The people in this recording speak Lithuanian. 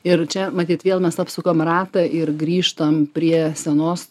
ir čia matyt vėl mes apsukam ratą ir grįžtam prie senos